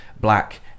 black